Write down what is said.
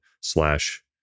slash